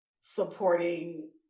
supporting